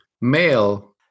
male